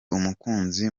umukunzi